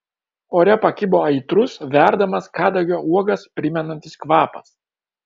ore pakibo aitrus verdamas kadagio uogas primenantis kvapas